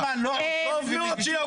למה לא עושים שום דבר?